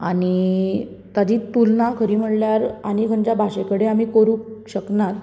आनी ताची तुलना खरी म्हणल्यार आनी खंयच्या भाशे कडेन आमी करूंक शकनात